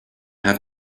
have